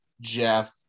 jeff